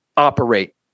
operate